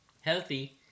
healthy